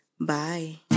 Bye